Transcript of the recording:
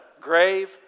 grave